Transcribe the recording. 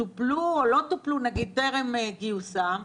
שטופלו או לא טופלו טרם גיוסם,